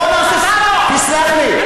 אז בוא נעשה, תסלח לי,